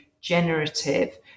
generative